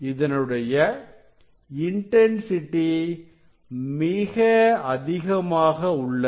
இதனுடைய இன்டன்சிட்டி மிக அதிகமாக உள்ளது